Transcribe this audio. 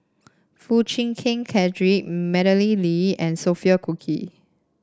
Foo Chee Keng Cedric Madeleine Lee and Sophia Cooke